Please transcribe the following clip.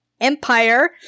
Empire